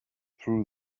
through